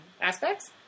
aspects